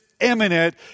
imminent